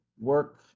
work